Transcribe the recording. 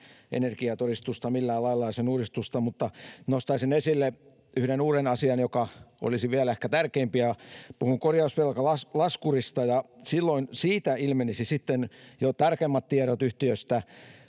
sen uudistusta millään lailla, mutta nostaisin esille yhden uuden asian, joka olisi ehkä vielä tärkeämpi. Puhun kor-jausvelkalaskurista. Siitä ilmenisi sitten jo tarkemmat tiedot yhtiöstä: